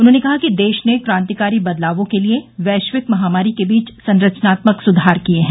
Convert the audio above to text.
उन्होंने कहा कि देश ने क्रांतिकारी बदलावों के लिए वैश्विक महामारी के बीच संरचनात्मक सुधार किए हैं